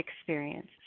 experience